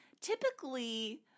typically